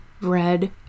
red